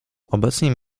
obecnie